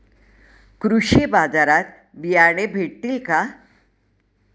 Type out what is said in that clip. कृषी बाजारात बियाणे भेटतील का?